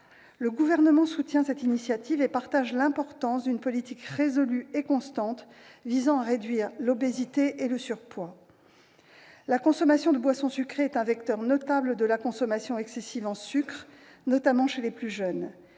Le Gouvernement soutient cette initiative et partage le constat de l'importance d'une politique résolue et constante visant à réduire l'obésité et le surpoids. La consommation de boissons sucrées est un vecteur notable de la consommation excessive de sucre, notamment chez les plus jeunes.